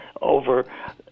Over